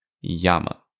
yama